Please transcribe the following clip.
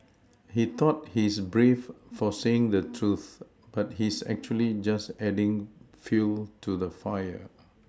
he thought he's brave for saying the truth but he's actually just adding fuel to the fire